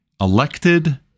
elected